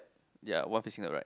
ya one facing the right